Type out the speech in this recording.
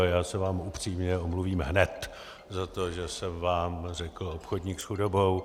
Já se vám upřímně omluvím hned za to, že jsem vám řekl obchodník s chudobou.